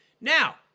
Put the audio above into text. now